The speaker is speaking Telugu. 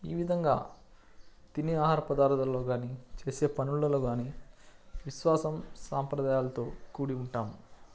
ఈ విధంగా తినే ఆహారపదార్దాలలో కానీ చేసే పనులలో కానీ విశ్వాసం సాంప్రదాయాలతో కూడి ఉంటాం